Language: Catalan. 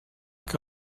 que